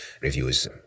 reviews